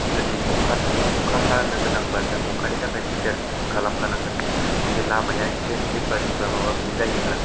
जुदि अखा हानो गोनांब्ला जों अखानि थाखाय प्रिपेयार खालाम खानांगोन जुदि लामाया एसे स्लिपारि बा माबा बिदि जायोब्ला